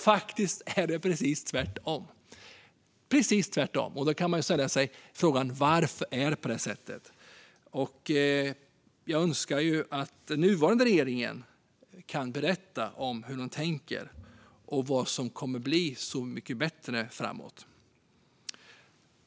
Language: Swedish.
Faktiskt är det precis tvärtom. Då kan man ställa sig frågan: Varför är det på det här sättet? Jag önskar att nuvarande regering kan berätta hur man tänker och vad som kommer att bli så mycket bättre framöver.